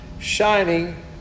shining